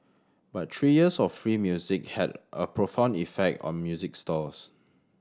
but three years of free music had a profound effect on music stores